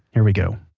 here we go